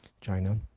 China